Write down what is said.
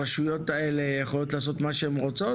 הרשויות האלה יכולות לעשות מה שהן רוצות?